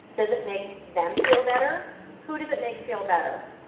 does it make them feel better? who does it make feel better?